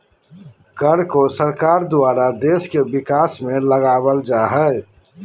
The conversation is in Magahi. कर को सरकार द्वारा देश के विकास में लगावल जा हय